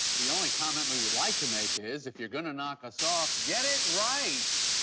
the only comment we would like to make is, if you're gonna knock us off, get it right.